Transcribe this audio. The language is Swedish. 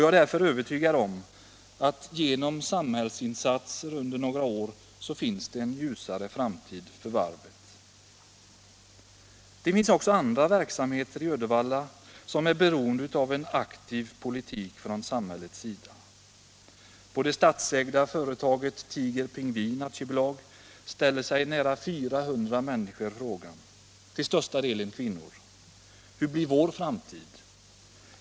Jag är därför övertygad om att det genom samhällsinsatser under några år kommer att bli en ljusare framtid för varvet. Det finns också andra verksamheter i Uddevalla som är beroende av en aktiv politik från samhällets sida. På det statsägda företaget Tiger Pingvin AB ställer sig nära 400 människor, till största delen kvinnor, frågan: Hur blir vår framtid?